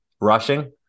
Rushing